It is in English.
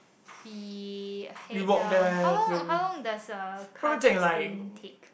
we head down how long how long does a car testing take